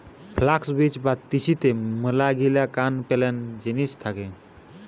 flux বীজ বা তিসিতে মেলাগিলা কান পেলেন জিনিস থাকে